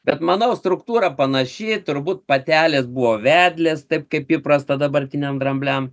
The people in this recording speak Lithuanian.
bet manau struktūra panaši turbūt patelės buvo vedlės taip kaip įprasta dabartiniam drambliam